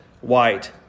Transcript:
white